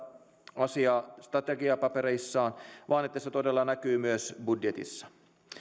asiaa strategiapapereissaan vaan että se todella näkyy myös budjetissa